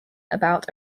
about